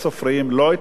לא את הכותבים,